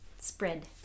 spread